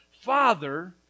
father